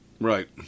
Right